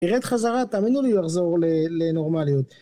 תראה את חזרה, תאמינו לי לחזור לנורמליות.